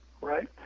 Right